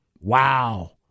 Wow